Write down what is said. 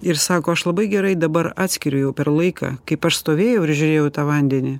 ir sako aš labai gerai dabar atskiriu jau per laiką kaip aš stovėjau ir žiūrėjau į tą vandenį